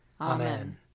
Amen